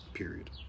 Period